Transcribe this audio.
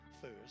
first